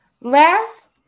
last